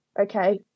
okay